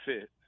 fit